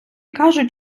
кажуть